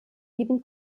lieben